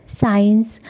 science